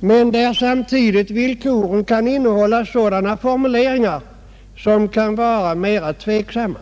men som samtidigt ställer oss inför villkor som kan vara mera tveksamma.